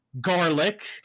garlic